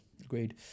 agreed